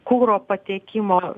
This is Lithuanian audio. kuro pateikimo